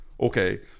okay